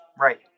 Right